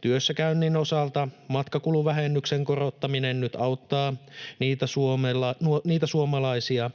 Työssäkäynnin osalta matkakuluvähennyksen korottaminen nyt auttaa niitä suomalaisia,